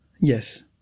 Yes